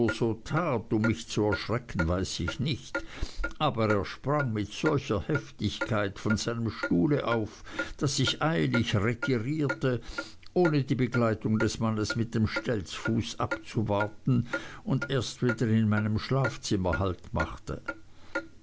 um mich zu erschrecken weiß ich nicht aber er sprang mit solcher heftigkeit von seinem stuhle auf daß ich eilig retirierte ohne die begleitung des mannes mit dem stelzfuß abzuwarten und erst wieder in meinem schlafzimmer halt machte